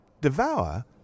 Devour